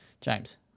James